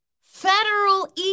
federal